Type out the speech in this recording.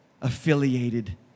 affiliated